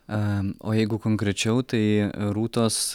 a o jeigu konkrečiau tai rūtos